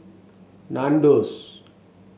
Nandos